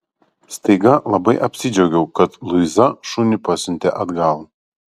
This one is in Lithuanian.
staiga labai apsidžiaugiau kad luiza šunį pasiuntė atgal